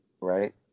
right